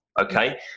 okay